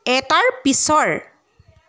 এটাৰ পিছৰ